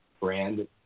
brand